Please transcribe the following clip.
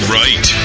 right